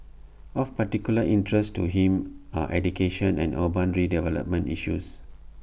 of particular interest to him are education and urban redevelopment issues